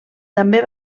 també